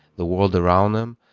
the world around them,